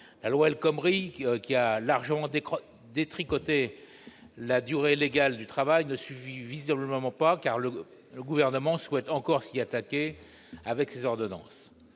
La loi El Khomri, qui a largement détricoté la durée légale du travail, ne suffit visiblement pas, car le Gouvernement souhaite encore aller plus loin avec ces ordonnances.